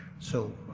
so.